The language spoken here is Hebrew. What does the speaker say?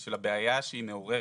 ושל הבעיה שהיא מעוררת,